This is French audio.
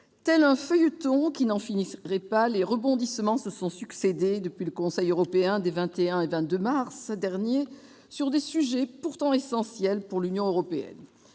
tel un feuilleton qui n'en finirait pas, les rebondissements se sont succédé depuis le Conseil européen des 21 et 22 mars dernier sur des sujets pourtant essentiels pour l'Union européenne.